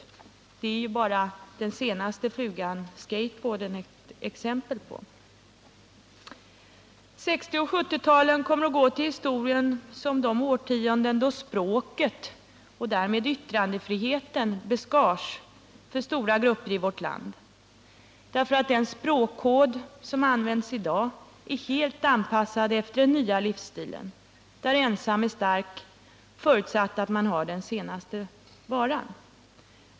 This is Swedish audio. Bara den senaste flugan, skateboard, är ju ett exempel på detta. 1960 och 1970-talen kommer att gå till historien som de årtionden då språket och därmed yttrandefriheten beskars för stora grupper i vårt land. Den språkkod som används i dag är helt anpassad efter den nya livsstilen, där ensam är stark, förutsatt att man har den senaste varan.